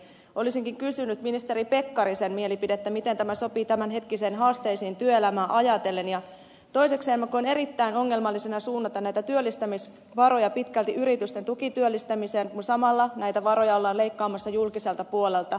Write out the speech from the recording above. olisinkin kysynyt ministeri pekkarisen mielipidettä miten tämä sopii tämänhetkisiin haasteisiin työelämää ajatellen ja toisekseen koen erittäin ongelmallisena suunnata työllistämisvaroja pitkälti yritysten tukityöllistämiseen kun samalla näitä varoja ollaan leikkaamassa julkiselta puolelta